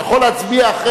אתה יכול להצביע אחרי,